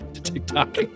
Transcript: TikTok